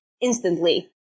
instantly